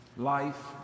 life